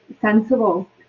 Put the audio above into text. sensible